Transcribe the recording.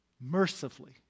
mercifully